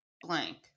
Blank